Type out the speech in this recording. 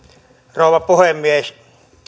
rouva puhemies